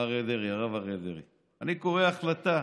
הרב אריה דרעי, אני קורא החלטה,